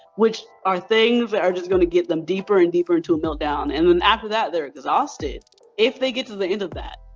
which are things that are just going to get them deeper and deeper into a meltdown, and then after that, they're exhausted if they get to the end of that.